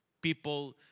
people